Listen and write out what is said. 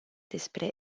despre